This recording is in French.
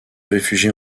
réfugie